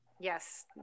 Yes